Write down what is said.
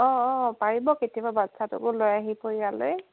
অঁ অঁ পাৰিব কেতিয়াবা বাচ্ছাটোকো লৈ আহি ইয়ালৈ